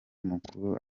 mukuru